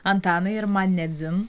antanai ir man ne dzin